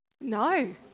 No